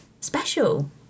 special